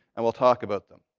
and we'll talk about them.